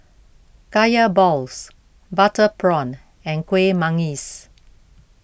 Kaya Balls Butter Prawn and Kueh Manggis